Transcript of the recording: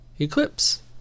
Eclipse